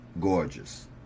gorgeous